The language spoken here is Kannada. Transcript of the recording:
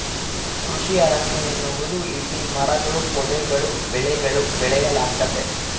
ಕೃಷಿ ಅರಣ್ಯ ಎನ್ನುವುದು ಇಲ್ಲಿ ಮರಗಳೂ ಪೊದೆಗಳೂ ಬೆಳೆಗಳೂ ಬೆಳೆಯಲಾಗ್ತತೆ